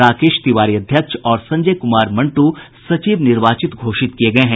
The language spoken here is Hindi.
राकेश तिवारी अध्यक्ष और संजय कुमार मंटू सचिव निर्वाचित घोषित किये गये हैं